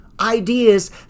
ideas